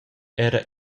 era